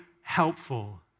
helpful